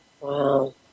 Wow